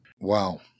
wow